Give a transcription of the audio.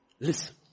Listen